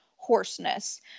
Hoarseness